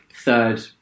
third